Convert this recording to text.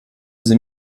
sie